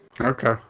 Okay